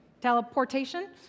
Teleportation